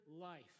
life